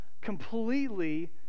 completely